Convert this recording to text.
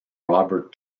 robert